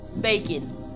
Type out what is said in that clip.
Bacon